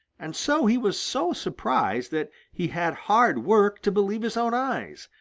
and so he was so surprised that he had hard work to believe his own eyes,